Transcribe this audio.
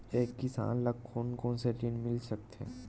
एक किसान ल कोन कोन से ऋण मिल सकथे?